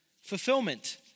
fulfillment